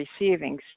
receiving